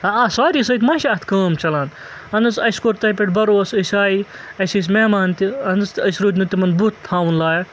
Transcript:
ہہ آ ساری سۭتۍ ما چھِ اَتھ کٲم چَلان اہن حظ اَسہِ کوٚر تۄہہِ پٮ۪ٹھ بَروس أسۍ آے اَسہِ ٲسۍ مہمان تہِ اَہن حظ تہٕ أسۍ روٗدۍ نہٕ تِمَن بُتھ تھاوُن لایق